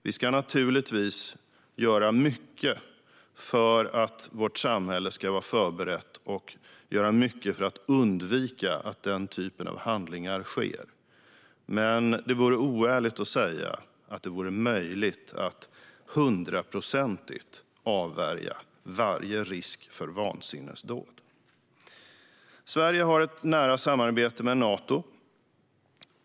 Vi ska naturligtvis göra mycket för att vårt samhälle ska vara förberett och för att undvika att den typen av handlingar sker. Men det vore oärligt att säga att det skulle vara möjligt att hundraprocentigt avvärja varje risk för vansinnesdåd. Sverige har ett nära samarbete med Nato.